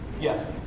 Yes